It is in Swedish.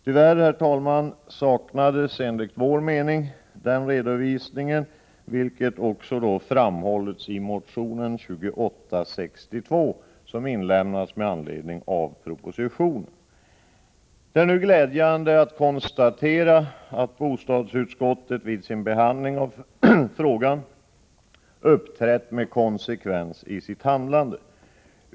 Tyvärr, herr talman, saknades enligt vår mening den redovisningen, vilket också framhållits i motion 2862, som inlämnats med anledning av propositionen. Det är nu glädjande att konstatera att bostadsutskottet vid sin behandling av frågan uppträtt med konsekvens i sitt handlande.